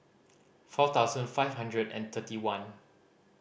four thousand five hundred and thirty one